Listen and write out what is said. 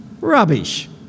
Rubbish